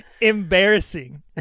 embarrassing